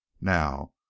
now